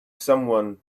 someone